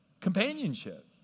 Companionship